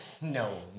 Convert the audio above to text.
No